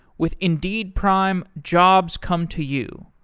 with indeed prime, jobs come to you.